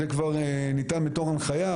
זה כבר ניתן בתור הנחיה,